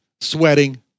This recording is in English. sweating